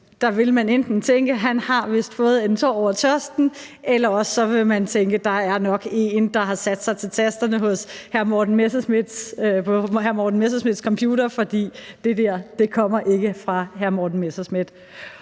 Dronningen, at han vist har fået en tår over tørsten, eller også vil man tænke, at der nok er en, der har sat sig til tasterne på hr. Morten Messerschmidts computer, for det dér kommer ikke fra hr. Morten Messerschmidt.